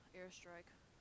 airstrike